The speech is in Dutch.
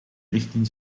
richting